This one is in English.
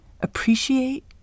appreciate